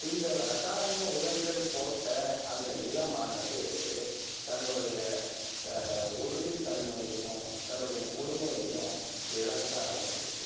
இந்த ரசாயன உரங்கள் போட்ட அந்த நிலமானது தன்னுடைய உறுதி தன்மையையும் தன்னுடைய முழுமையையும் இழக்க ஆரமிச்சுருச்சு